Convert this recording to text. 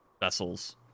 vessels